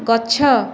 ଗଛ